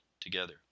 together